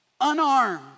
unarmed